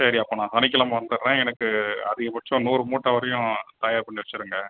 சரி அப்போ நான் சனிக்கிழம வந்துடுறேன் எனக்கு அதிகபட்சம் நூறு மூட்டை வரையும் தயார் பண்ணி வைத்துருங்க